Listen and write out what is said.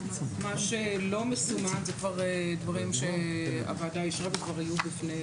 מה שלא מסומן זה כבר דברים שהוועדה אישרה וכבר היו בפני